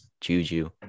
Juju